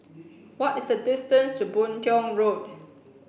what is the distance to Boon Tiong Road